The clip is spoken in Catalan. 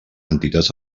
entitats